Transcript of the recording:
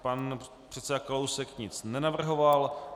Pan předseda Kalousek nic nenavrhoval.